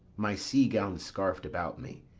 my sea-gown scarf'd about me,